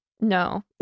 No